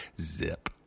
Zip